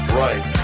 right